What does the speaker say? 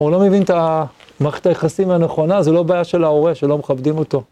הוא לא מבין את המערכת היחסים הנכונה, זה לא בעיה של ההורה, שלא מכבדים אותו.